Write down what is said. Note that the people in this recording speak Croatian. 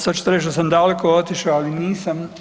Sada ćete reći da sam daleko otišao, ali nisam.